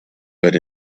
but